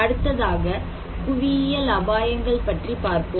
அடுத்ததாக புவியியல் அபாயங்கள் பற்றி பார்ப்போம்